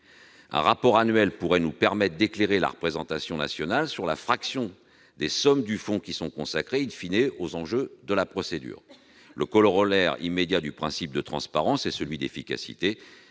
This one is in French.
Un rapport annuel permettrait d'éclairer la représentation nationale sur la fraction des sommes du fonds qui sont consacrées, aux enjeux de procédure. Le corollaire immédiat du principe de transparence est celui de l'efficacité.